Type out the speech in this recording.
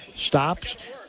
Stops